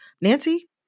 Nancy